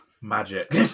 magic